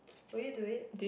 will you do it